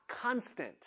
constant